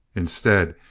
instead,